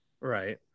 Right